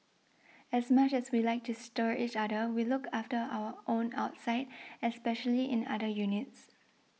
as much as we like to stir each other we look after our own outside especially in other units